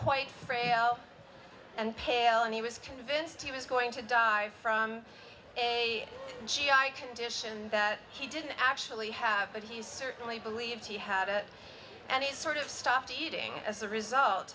quite frail and pale and he was convinced he was going to die from a g i condition that he didn't actually have but he certainly believes he had it and it sort of stopped eating as a result